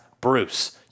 Bruce